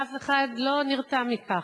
אף אחד לא נרתע מכך.